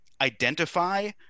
identify